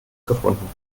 gefunden